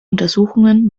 untersuchungen